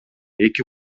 эки